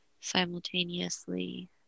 simultaneously